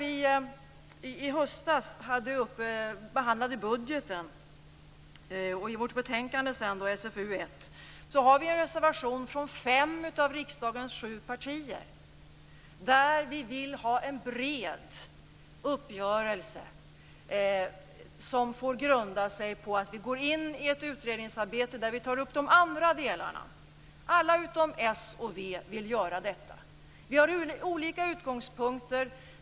I höstas behandlade vi budgeten, och i i vårt betänkande, SfU1, har vi en reservation från fem av riksdagens sju partier där man vill ha en bred uppgörelse som får grunda sig på att vi går in i ett utredningsarbete där vi tar upp de andra delarna. Alla utom socialdemokraterna och vänsterpartiet vill göra detta. Vi har olika utgångspunkter.